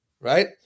right